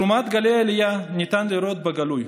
את תרומת גלי העלייה ניתן לראות בגלוי.